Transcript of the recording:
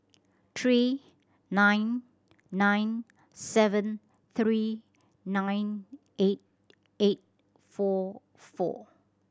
three nine nine seven three nine eight eight four four